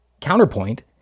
counterpoint